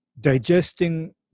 digesting